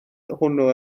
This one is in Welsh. hwnnw